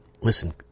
listen